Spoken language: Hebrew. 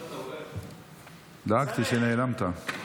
דאגתי שנעלמת.